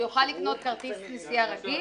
הוא יוכל לקנות כרטיס נסיעה רגיל,